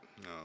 No